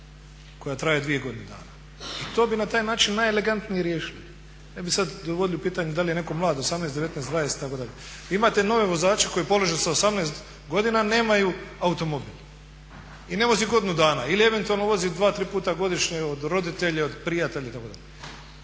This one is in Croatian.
koja traje 2 godine dana. i to bi na taj način najelegantnije riješili i ne bi sada dovodili u pitanje dali je netko mlad 18, 19, 20 itd. Imate nove vozače koji polože sa 18 godina, a nemaju automobil i ne vozi godinu dana ili eventualno vozi dva, tri puta godišnje od roditelja, prijatelja itd.